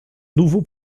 nouveaux